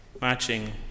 matching